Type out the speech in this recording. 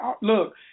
Look